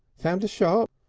found a shop?